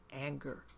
anger